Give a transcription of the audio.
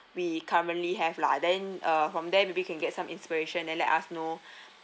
we currently have lah then uh from there maybe you can get some inspiration then let us know